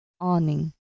Awning